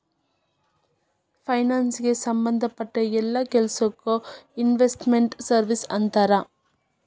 ಫೈನಾನ್ಸಿಗೆ ಸಂಭದ್ ಪಟ್ಟ್ ಯೆಲ್ಲಾ ಕೆಲ್ಸಕ್ಕೊ ಇನ್ವೆಸ್ಟ್ ಮೆಂಟ್ ಸರ್ವೇಸ್ ಅಂತಾರ